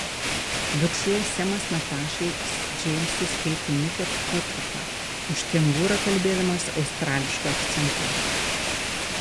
viršuje semas natašai su džeimsu skaitė mikę pūkuotuką už kengūrą kalbėdamas australišku akcentu